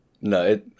no